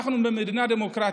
אנחנו במדינה דמוקרטית.